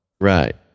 Right